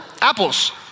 apples